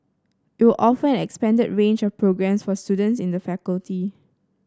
it will offer an expanded range of programmes for students in the faculty